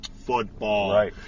football